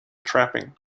trapping